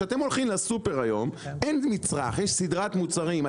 כשאתם הולכים לסופר היום אין מצרך יש סדרת מוצרים,